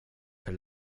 för